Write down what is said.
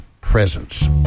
presence